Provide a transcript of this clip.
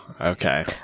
Okay